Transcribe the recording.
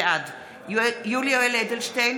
בעד יולי יואל אדלשטיין,